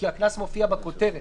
כי הקנס מופיע בכותרת.